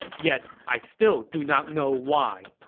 yet i still do not know why.